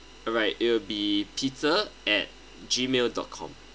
alright it'll be peter at gmail dot com